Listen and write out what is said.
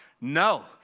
No